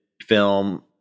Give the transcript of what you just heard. film